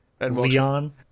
leon